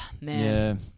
man